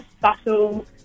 subtle